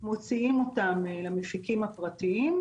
מוציאים אותם למפיקים הפרטיים,